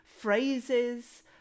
phrases